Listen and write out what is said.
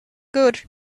good